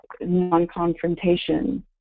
non-confrontation